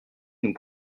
nous